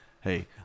Hey